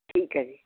ਠੀਕ ਆ ਜੀ